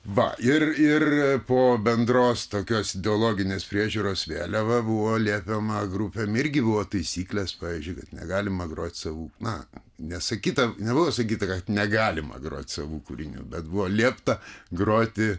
va ir ir po bendros tokios ideologinės priežiūros vėliava buvo liepiama grupėm irgi buvo taisyklės pavyzdžiui kad negalima groti savų na nesakytam nebuvo sakyta kad negalima groti savo kūriniu bet buvo liepta groti